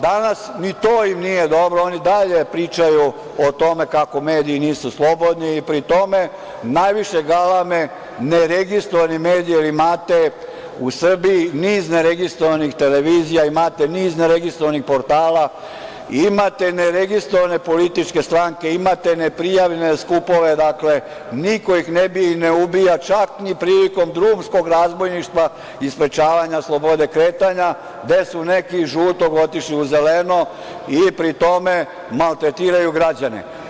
Danas ni to im nije dobro, oni i dalje pričaju o tome kako mediji nisu slobodni i pri tome najviše galame neregistrovani mediji, jer imate u Srbiji niz neregistrovanih televizija, imate niz neregistrovanih portala, imate neregistrovane političke stranke, imate neprijavljene skupove, dakle, niko ih ne ubija, čak ni prilikom drumskog razbojništva i sprečavanja slobode kretanja, gde su neki iz „žutog“ otišli u „zeleno“ i pri tome maltretiraju građane.